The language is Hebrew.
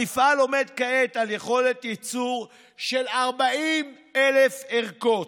המפעל עומד כעת על יכולת ייצור של 40,000 ערכות,